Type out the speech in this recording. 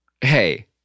hey